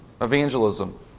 evangelism